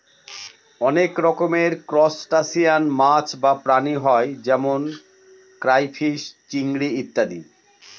অনেক রকমের ত্রুসটাসিয়ান মাছ বা প্রাণী হয় যেমন ক্রাইফিষ, চিংড়ি ইত্যাদি